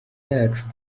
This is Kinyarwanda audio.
yacu